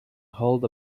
hold